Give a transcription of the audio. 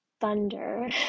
thunder